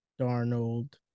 Darnold